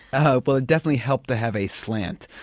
ah well it definitely helped to have a slant,